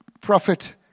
prophet